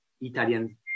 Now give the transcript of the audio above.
italian